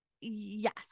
yes